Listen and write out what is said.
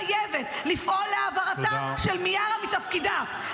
חייבת לפעול להעברתה של מיארה מתפקידה.